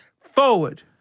Forward